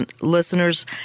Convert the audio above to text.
listeners